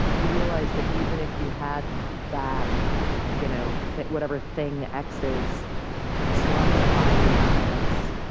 you realize that, even if you had that you know that whatever thing x is it's not gonna buy you happiness.